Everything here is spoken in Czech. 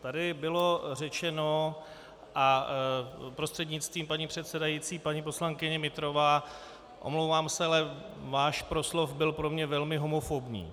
Tady bylo řečeno a prostřednictvím paní předsedající, paní poslankyně Nytrová, omlouvám se, ale váš proslov byl pro mě velmi homofobní.